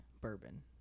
bourbon